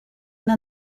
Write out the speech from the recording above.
una